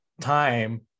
time